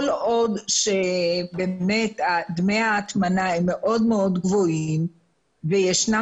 כל עוד שבאמת דמי ההטמנה הם מאוד מאוד גבוהים וישנם